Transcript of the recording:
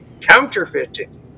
counterfeiting